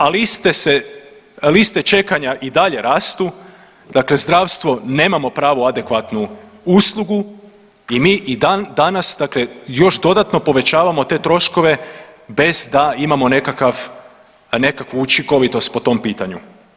Ali iste se, liste čekanja i dalje rastu, dakle zdravstvo nemamo pravu adekvatnu uslugu i mi i dandanas dakle još dodatno povećavamo te troškove bez da imamo nekakvu učinkovitost po tom pitanju.